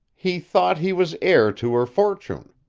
he thought he was heir to her fortune.